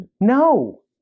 No